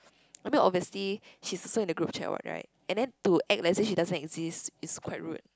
I mean obviously she's also in the group chat what right and then to act like as if she doesn't exist is quite rude